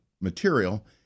material